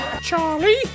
Charlie